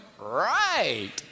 Right